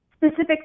Specific